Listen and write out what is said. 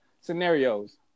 scenarios